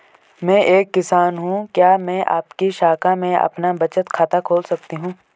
मैं एक किसान हूँ क्या मैं आपकी शाखा में अपना बचत खाता खोल सकती हूँ?